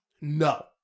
No